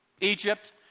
Egypt